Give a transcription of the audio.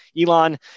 Elon